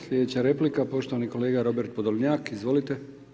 Slijedeća replika poštovani kolega Robert Podolnjak, izvolite.